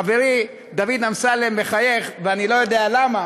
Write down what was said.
חברי דוד אמסלם מחייך, ואני לא יודע למה.